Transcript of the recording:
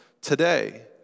today